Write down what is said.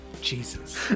Jesus